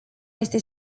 este